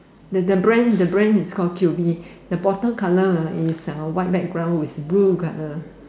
the the brand the brand is call Q_V the bottom colour ah is uh white background with blue colour